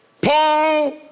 Paul